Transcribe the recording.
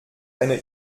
eine